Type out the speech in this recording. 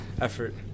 effort